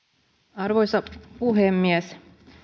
arvoisa puhemies